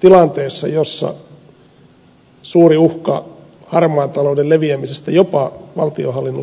tilanteessa jossa suuri uhka harmaan talouden leviämisestä jopa valtionhallinnon sisälle oli vallitsevana